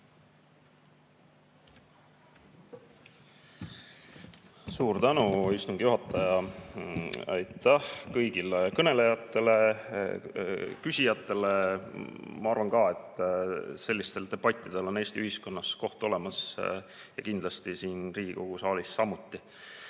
Suur tänu, istungi juhataja! Aitäh kõigile kõnelejatele ja küsijatele! Ma arvan ka, et sellistel debattidel on Eesti ühiskonnas koht olemas ja kindlasti siin Riigikogu saalis samuti. Jah,